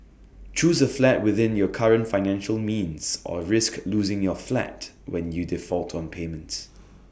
choose A flat within your current financial means or risk losing your flat when you default on payments